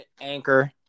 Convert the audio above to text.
anchor